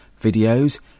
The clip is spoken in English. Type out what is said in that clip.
videos